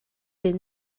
been